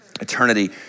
Eternity